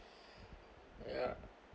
ya